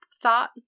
thought